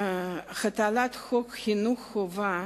החלת חוק חינוך חובה